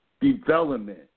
development